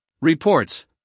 reports